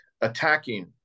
attacking